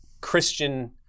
Christian